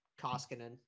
Koskinen